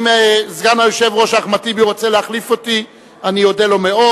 אם סגן היושב-ראש אחמד טיבי רוצה להחליף אותי אודה לו מאוד.